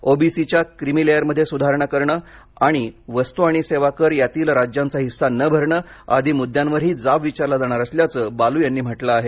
ओ B C च्या creamy लेअरमधे सुधारणा करणे आणि वस्तू अणि सेवा कर यांतील राज्यांचा हिस्सा न भरणे आदि मुद्द्यांवरही जाब विचारला जाणार असल्याच बालू यांनी म्हटलं आहे